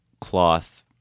cloth